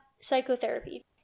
psychotherapy